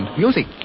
music